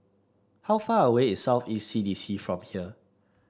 how far away is South East C D C from here